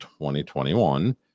2021